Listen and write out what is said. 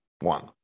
one